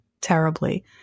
terribly